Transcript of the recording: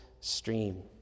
stream